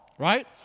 right